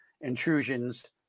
intrusions